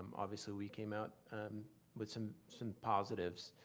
um obviously, we came out with some some positives.